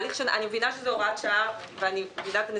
אני מבינה שזו הוראת שעה, ואני מבינה את הנסיבות.